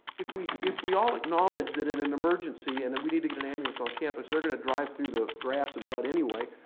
if we if we all acknowledge that in an emergency and and we need to get an ambulance on campus, they're going to drive through the grass and mud anyway,